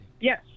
Yes